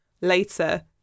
later